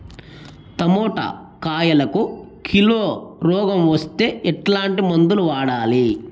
Tomato కాయలకు kilo రోగం వస్తే ఎట్లాంటి మందులు వాడాలి?